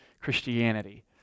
Christianity